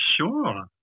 Sure